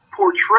Portray